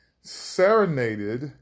serenaded